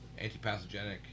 antipathogenic